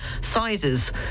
sizes